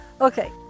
Okay